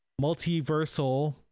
multiversal